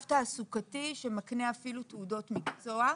תעסוקתי שמקנה אפילו תעודות מקצוע.